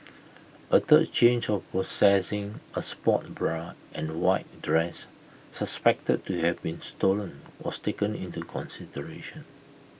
A third charge of possessing A sports bra and white dress suspected to have been stolen was taken into consideration